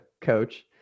coach